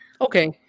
Okay